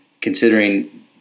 considering